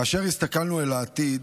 כאשר הסתכלנו אל העתיד,